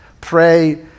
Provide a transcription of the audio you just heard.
pray